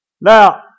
Now